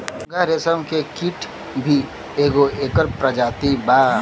मूंगा रेशम के कीट भी एगो एकर प्रजाति बा